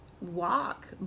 Walk